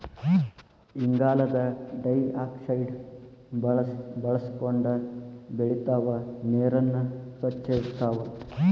ಇಂಗಾಲದ ಡೈಆಕ್ಸೈಡ್ ಬಳಸಕೊಂಡ ಬೆಳಿತಾವ ನೇರನ್ನ ಸ್ವಚ್ಛ ಇಡತಾವ